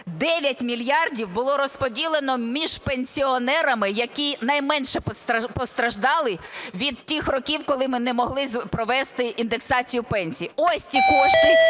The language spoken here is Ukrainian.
9 мільярдів було розподілено між пенсіонерами, які найменше постраждали від тих років, коли ми не могли провести індексацію пенсій. Ось ці кошти,